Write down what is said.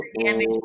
damage